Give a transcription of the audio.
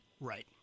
Right